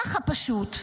ככה פשוט.